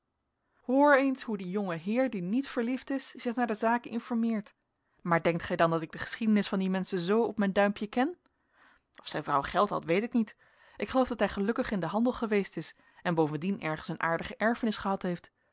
hoor eens hoe die jonge heer die niet verliefd is zich naar de zaken informeert maar denkt gij dan dat ik de geschiedenis van die menschen zoo op mijn duimpje ken of zijn vrouw geld had weet ik niet ik geloof dat hij gelukkig in den handel geweest ia en bovendien ergens een aardige erfenis gehad heeft